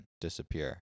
disappear